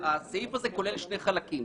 הסעיף הזה כולל שני חלקים.